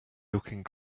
looking